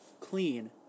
clean